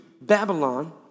Babylon